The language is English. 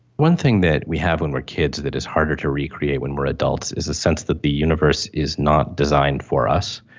one thing that we have when we are kids that is harder to recreate when we are adults is a sense that the universe is not designed for us.